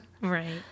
Right